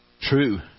true